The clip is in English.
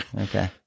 Okay